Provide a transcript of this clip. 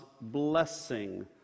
blessing